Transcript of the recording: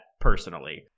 personally